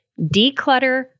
declutter